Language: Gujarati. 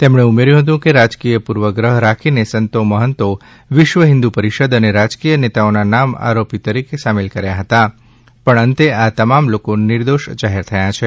તેમણે ઉમેર્થું હતું કે રાજકીય પૂર્વગ્રહ રાખીને સંતો મહંતો વિશ્વ હિન્દુ પરિષદ અને રાજકીય નેતાઓના નામ આરોપી તરીકે સામેલ કર્યા હતા પણ અંતે આ તમામ લોકો નિર્દોષ જાહેર થયા છે